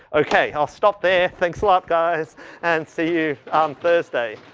okay i'll stop there. thanks a lot guys and see you on thursday.